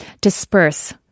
disperse